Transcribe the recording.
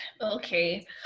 okay